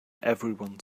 everyone